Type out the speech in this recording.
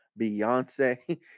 Beyonce